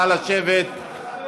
נא לשבת,